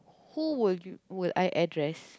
who would you would I address